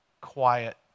quiet